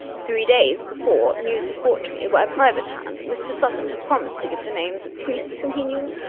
three days before news was brought to me by a private hand that mr. sutton had promised to give the names of priests whom he knew,